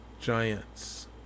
giants